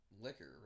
liquor